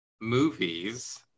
movies